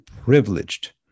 privileged